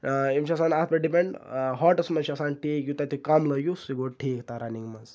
یِم چھِ آسان اَتھ پٮ۪ٹھ ڈِپینڈ ہاٹس منٛز چھِ آسان تِہ یوٗتاہ تُہۍ کَم لٲگِیو سُہ گوٚو ٹھیٖک تتھ رننِگ منٛز